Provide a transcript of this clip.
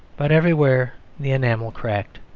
but everywhere the enamel cracked.